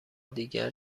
دیگر